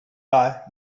car